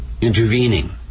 intervening